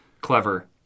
Clever